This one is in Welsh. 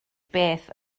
beth